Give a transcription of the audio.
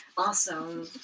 Awesome